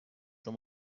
دارم